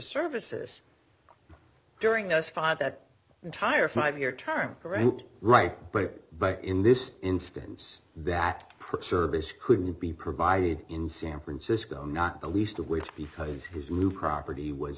services during those five that entire five year term right but but in this instance that preserves couldn't be provided in san francisco not the least of which because his new property was